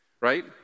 right